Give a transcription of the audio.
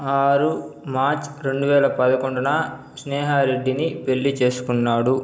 ఆరు మార్చ్ రెండువేల పదకొండున స్నేహా రెడ్డిని పెళ్ళి చేసుకున్నాడు